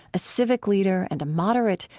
a civic leader and a moderate,